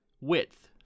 width